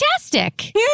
fantastic